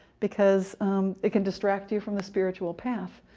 because they can distract you from the spiritual path.